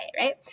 right